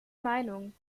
meinung